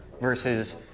Versus